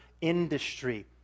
industry